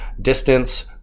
distance